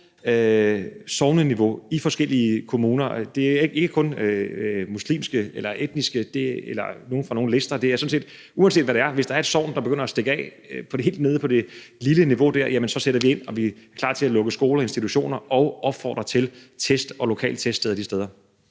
sogneniveau i forskellige kommuner. Det er ikke kun nogle fra nogle lister, det er, uanset hvad det er, for hvis der er et sogn, der begynder at stikke af helt nede på et lavt niveau, så sætter vi ind, og vi er klar til at lukke skoler og institutioner, og vi opfordrer til test og lokalteststeder de steder.